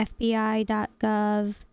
fbi.gov